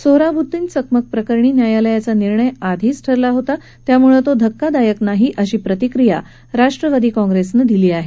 सोहराबुद्दीन चकमक प्रकरणी न्यायालयाचा निर्णय आधीच ठरला होता त्यामुळं तो धक्कादायक नाही अशी प्रतिक्रिया राष्ट्रवादी काँप्रेसनं दिली आहे